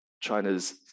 China's